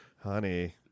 honey